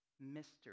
Mystery